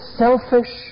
selfish